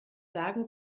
sagen